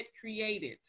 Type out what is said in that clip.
created